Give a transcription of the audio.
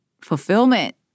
fulfillment